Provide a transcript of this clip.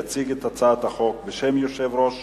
יציג את הצעת החוק, בשם יושב-ראש